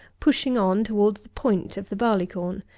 pushing on towards the point of the barley-corn.